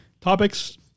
Topics